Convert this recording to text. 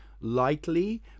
lightly